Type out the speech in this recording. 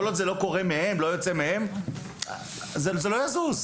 כל עוד זה לא יוצא מהם, זה לא יזוז.